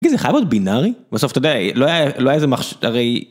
תגיד, זה חייב להיות בינארי? בסוף אתה יודע, לא היה, לא היה איזה מחשבת הרי.